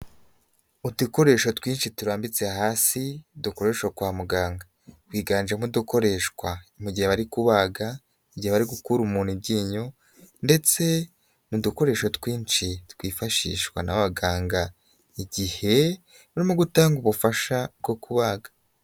Udukoresho twinshi turambitse hasi dukoresha kwa muganga, biganjemo udukoreshwa mu gihe bari kubaga, igihe bari gukura umuntu iryinyo ndetse n'udukoresho twinshi twifashishwa n'abaganga, igihe barimo gutanga ubufasha bwo kubaga.